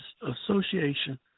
Association